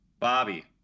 bobby